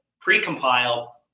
pre-compile